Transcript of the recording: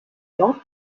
dort